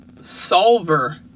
solver